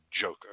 joker